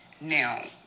Now